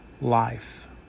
life